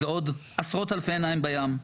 זה עוד עשרות אלפי עיניים בים,